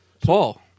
Paul